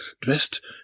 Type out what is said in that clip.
dressed